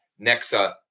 Nexa